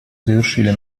завершили